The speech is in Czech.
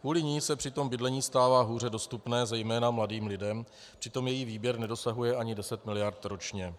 Kvůli ní se přitom bydlení stává hůře dostupné zejména mladým lidem, přitom její výběr nedosahuje ani 10 miliard ročně.